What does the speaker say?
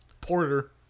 Porter